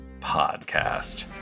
podcast